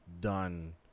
done